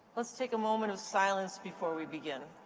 let's take a moment of silence before we begin.